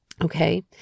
Okay